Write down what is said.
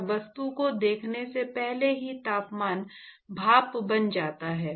और वस्तु को देखने से पहले ही तापमान भाप बन जाता है